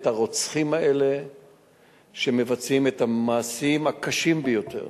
את הרוצחים האלה שמבצעים את המעשים הקשים ביותר: